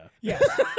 Yes